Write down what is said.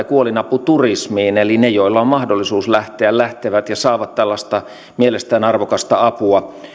kuolinaputurismiin eli he joilla on mahdollisuus lähteä lähtevät ja saavat tällaista mielestään arvokasta apua